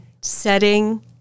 setting